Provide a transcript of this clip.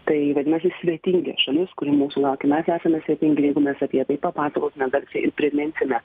tai vadinasi svetingi šalis kuri mūsų laukia mes esame svetingi ir jeigu mes apie tai papasakosime garsiai priminsime